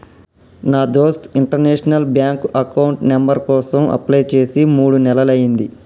నా దోస్త్ international bank account number కోసం అప్లై చేసి మూడు నెలలయ్యింది